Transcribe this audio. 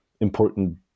important